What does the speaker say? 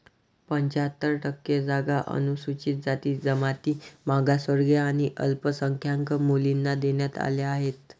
पंच्याहत्तर टक्के जागा अनुसूचित जाती, जमाती, मागासवर्गीय आणि अल्पसंख्याक मुलींना देण्यात आल्या आहेत